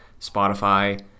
Spotify